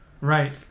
Right